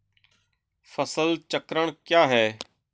फसल चक्रण क्या है?